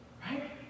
Right